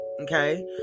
okay